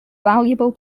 valuable